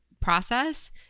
process